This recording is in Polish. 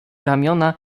ramiona